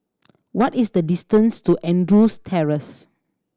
what is the distance to Andrews Terrace